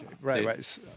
right